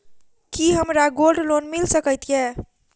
की हमरा gold loan मिल सकैत ये?